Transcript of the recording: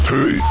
Hey